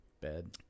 bed